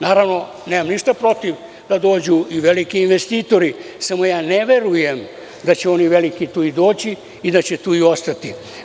Naravno, nemam ništa protiv da dođu i veliki investitoru, ali ja ne verujem da će oni veliki tu i doći i da će tu i ostati.